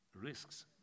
risks